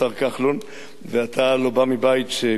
ואתה הלוא בא מבית שכולו מסורת ותורה,